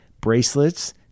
bracelets